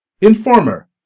Informer